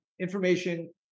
information